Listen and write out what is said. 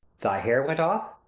thy hair went off?